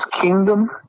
kingdom